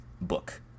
book